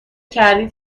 کردید